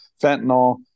fentanyl